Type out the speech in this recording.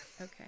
Okay